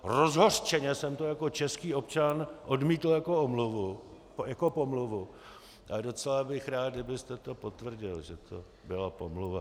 Rozhořčeně jsem to jako český občan odmítl jako pomluvu, ale docela bych rád, kdybyste to potvrdil, že to byla pomluva.